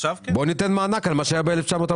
בואו ניתן מענק על מה שהיה ב-1948,